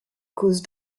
cause